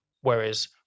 Whereas